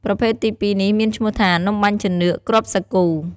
ប្រភេទទីពីរនេះមានឈ្មោះថា នំបាញ់ចានឿកគ្រាប់សាគូ។